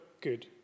good